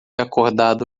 acordado